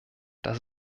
das